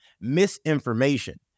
misinformation